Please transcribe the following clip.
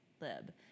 Lib